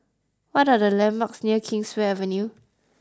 what are the landmarks near Kingswear Avenue